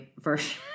version